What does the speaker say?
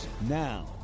now